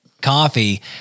coffee